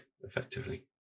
effectively